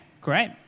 great